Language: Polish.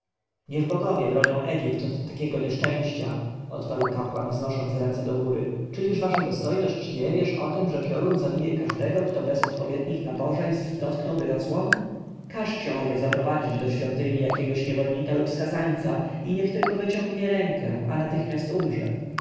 niech bogowie bronią egipt od takiego nieszczęścia odparł kapłan wznosząc ręce do góry czyliż wasza dostojność nie wiesz o tem że piorun zabije każdego kto bez odpowiednich nabożeństw dotknąłby zasłony każ książę zaprowadzić do świątyni jakiego niewolnika lub skazańca i niech tylko wyciągnie rękę a natychmiast umrze